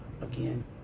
Again